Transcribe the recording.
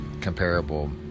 comparable